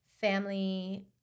family